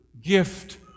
gift